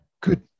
Good